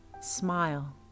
Smile